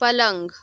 पलंग